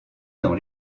dans